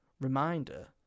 reminder